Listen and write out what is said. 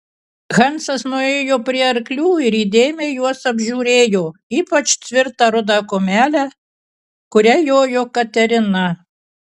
hansas nuėjo prie arklių ir įdėmiai juos apžiūrėjo ypač tvirtą rudą kumelę kuria jojo katerina